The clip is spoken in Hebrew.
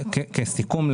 כסיכום,